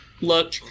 look